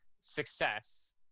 success